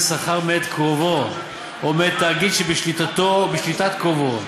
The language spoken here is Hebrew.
שכר מאת קרובו או מאת תאגיד שבשליטתו או בשליטת קרובו.